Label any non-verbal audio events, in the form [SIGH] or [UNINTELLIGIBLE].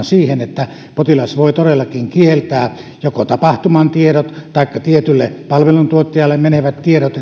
[UNINTELLIGIBLE] siihen että potilas voi todellakin kieltää joko tapahtuman tiedot taikka tietylle palveluntuottajalle menevät tiedot [UNINTELLIGIBLE]